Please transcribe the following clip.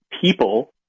people